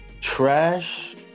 trash